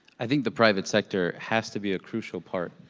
i think the private sector has to be a crucial part,